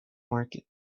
market